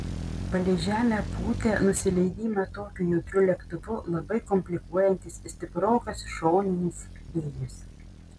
palei žemę pūtė nusileidimą tokiu jautriu lėktuvu labai komplikuojantis stiprokas šoninis vėjas